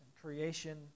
creation